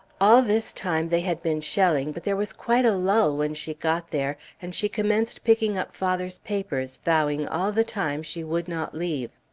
all this time they had been shelling, but there was quite a lull when she got there, and she commenced picking up father's papers, vowing all the time she would not leave.